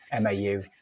Mau